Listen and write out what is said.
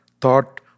thought